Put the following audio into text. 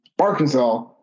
Arkansas